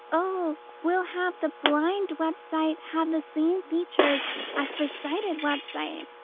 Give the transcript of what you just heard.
oh, we'll have the blind website have the same features as the cited website.